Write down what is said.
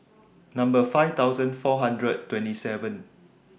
Number five thousand four hundred and twenty seven